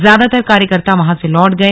ज्यादातर कार्यकर्ता वहां से लौट गए